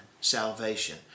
salvation